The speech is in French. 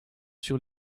sur